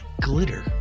glitter